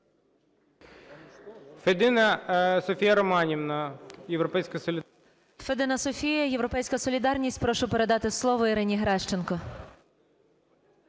Федина Софія, "Європейська солідарність". Прошу передати слово Ірині Геращенко.